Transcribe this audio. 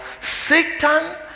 Satan